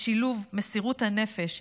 בשילוב מסירות הנפש,